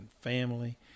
family